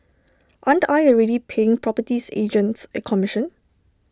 aren't I already paying properties agents A commission